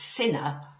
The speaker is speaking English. sinner